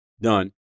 done